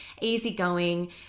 easygoing